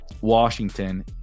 Washington